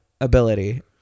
ability